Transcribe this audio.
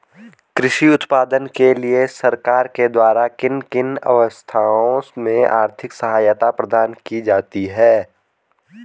कृषि उत्पादन के लिए सरकार के द्वारा किन किन अवस्थाओं में आर्थिक सहायता प्रदान की जाती है?